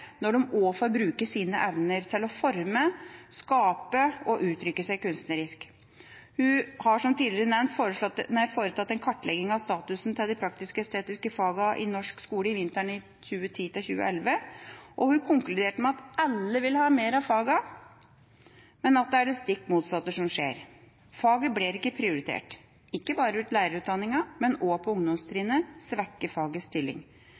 når de også får bruke sine evner til å forme, skape og uttrykke seg kunstnerisk. Hun har, som tidligere nevnt, foretatt en kartlegging av statusen til de praktisk-estetiske fagene i norsk skole vinteren 2010/2011, og hun konkluderte med at alle vil ha mer av fagene, men at det er det stikk motsatte som skjer. Faget blir ikke prioritert. Ikke bare i lærerutdanninga, men også på ungdomstrinnet svekkes fagets stilling.